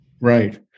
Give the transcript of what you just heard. Right